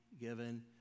given